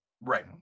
Right